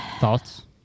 Thoughts